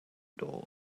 door